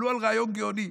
עלו על רעיון גאוני,